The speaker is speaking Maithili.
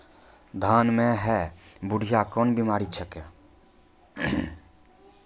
धान म है बुढ़िया कोन बिमारी छेकै?